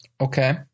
Okay